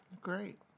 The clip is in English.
Great